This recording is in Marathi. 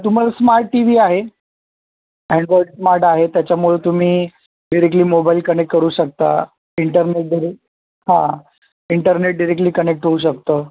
तुम्हाला स्मार्ट टी वी आहे अँड्रॉईड स्मार्ट आहे त्याच्यामुळे तुम्ही डिरेक्टली मोबाईल कनेक्ट करू शकता इंटरनेटधरून हां इंटरनेट डिरेक्टली कनेक्ट होऊ शकतं